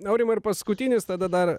aurimai ir paskutinis tada dar